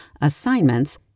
Assignments